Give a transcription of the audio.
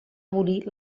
abolir